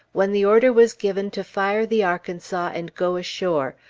when the order was given to fire the arkansas and go ashore,